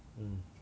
mm